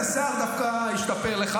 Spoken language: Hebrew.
השיער דווקא השתפר לך,